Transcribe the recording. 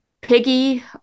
piggy